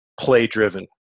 play-driven